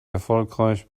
erfolgreich